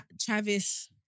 Travis